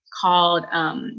called